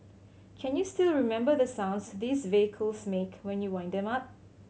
can you still remember the sounds these vehicles make when you wind them up